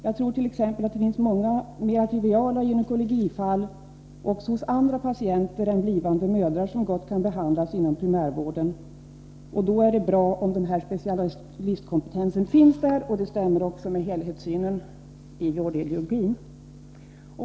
Jag tror t.ex. att det finns många mer triviala gynekologifall också hos andra patienter än blivande mödrar som gott kan behandlas inom primärvården, och då är det bra om den här specialistkompetensen finns där. Det stämmer också med helhetssynen i vårdideologin.